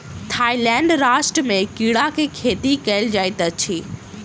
Thailand राष्ट्र में कीड़ा के खेती कयल जाइत अछि